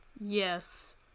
Yes